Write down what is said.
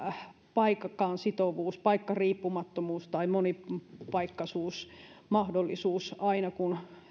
paikkaan sitovuus paikkariippumattomuus tai monipaikkaisuusmahdollisuus aina kun